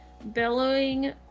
bellowing